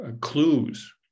clues